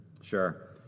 Sure